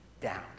down